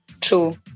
true